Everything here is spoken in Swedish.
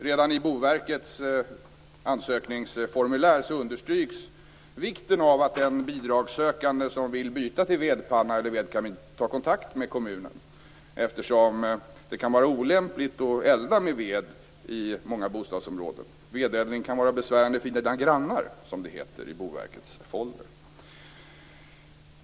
Redan i Boverkets ansökningsformulär understryks vikten av att den bidragssökande som vill byta till vedpanna eller vedkamin tar kontakt med kommunen eftersom det kan vara olämpligt att elda med ved i många bostadsområden. "Vedeldning kan vara besvärande för dina grannar", heter det i Boverkets folder.